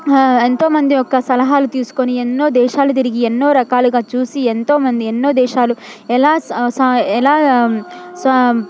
ఎంతో మంది యొక్క సలహాలు తీసుకొని ఎన్నో దేశాలు తిరిగి ఎన్నో రకాలుగా చూసి ఎంతో మంది ఎన్నో దేశాలు ఎలా స సా ఎలా సా